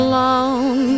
long